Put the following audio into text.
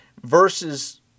versus